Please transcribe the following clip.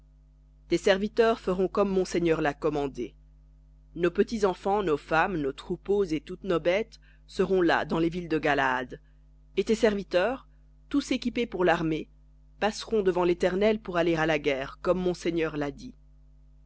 tes serviteurs feront comme mon seigneur l'a commandé nos petits enfants nos femmes nos troupeaux et toutes nos bêtes seront là dans les villes de galaad et tes serviteurs tous équipés pour l'armée passeront devant l'éternel à la guerre comme mon seigneur l'a dit